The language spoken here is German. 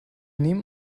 nehmen